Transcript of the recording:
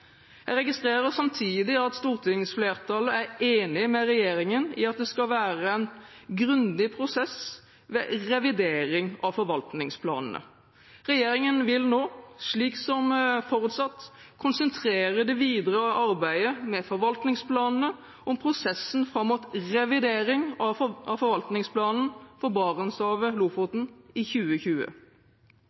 Jeg registrerer samtidig at stortingsflertallet er enig med regjeringen i at det skal være en grundig prosess ved revidering av forvaltningsplanene. Regjeringen vil nå, slik som forutsatt, konsentrere det videre arbeidet med forvaltningsplanene om prosessen fram mot revidering av forvaltningsplanen for Barentshavet–Lofoten i 2020.